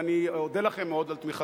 אודה לכם מאוד על תמיכתכם.